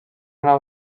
nau